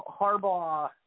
Harbaugh